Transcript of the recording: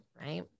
right